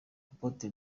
apotre